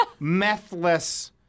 methless